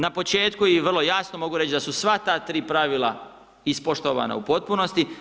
Na početku i vrlo jasno mogu reći da su sva ta tri pravila ispoštovana u potpunosti.